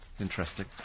Interesting